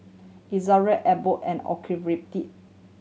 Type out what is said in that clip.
Ezerra Abbott and Ocuvite